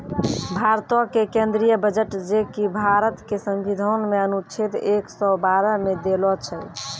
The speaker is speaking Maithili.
भारतो के केंद्रीय बजट जे कि भारत के संविधान मे अनुच्छेद एक सौ बारह मे देलो छै